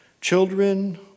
Children